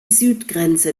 südgrenze